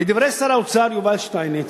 "לדברי שר האוצר יובל שטייניץ"